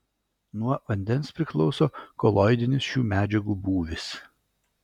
nuo vandens priklauso koloidinis šių medžiagų būvis